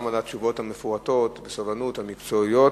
גם על התשובות המקצועיות המפורטות.